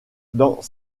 dans